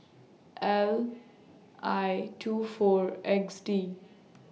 L I two four X D